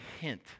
hint